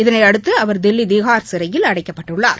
இதனையடுத்து அவர் தில்லி திஹார் சிறையில் அடைக்கப்பட்டுள்ளார்